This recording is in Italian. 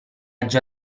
già